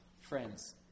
Friends